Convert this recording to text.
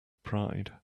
pride